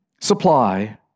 supply